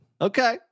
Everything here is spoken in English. Okay